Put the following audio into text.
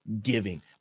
giving